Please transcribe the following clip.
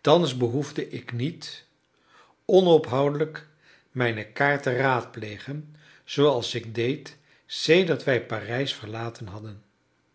thans behoefde ik niet onophoudelijk mijne kaart te raadplegen zooals ik deed sedert wij parijs verlaten hadden